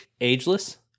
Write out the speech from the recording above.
ageless